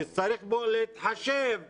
שצריך להתחשב בו,